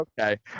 Okay